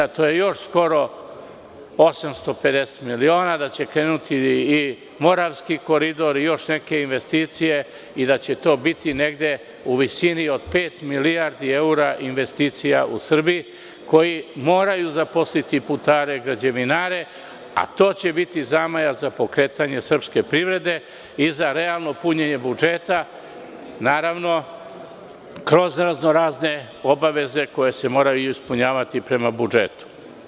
To je još skoro 850 miliona, da će krenuti i Moravski koridor i još neke investicije i da će to biti negde u visini od pet milijardi evra investicija u Srbiji, koje moraju zaposlite putare i građevinare, a to će biti zamajac za pokretanje srpske privrede i za realno punjenje budžeta kroz razno razne obaveze koje se moraju ispunjavati prema budžetu.